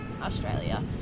australia